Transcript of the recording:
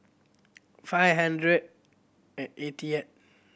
five hundred and eightieth